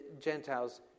Gentiles